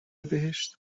بهشت